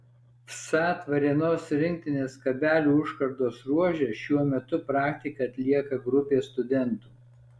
vsat varėnos rinktinės kabelių užkardos ruože šiuo metu praktiką atlieka grupė studentų